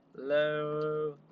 Hello